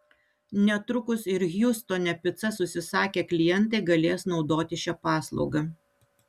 netrukus ir hjustone picas užsisakę klientai galės naudotis šia paslauga